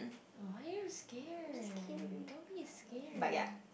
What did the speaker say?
why are you scared don't be scared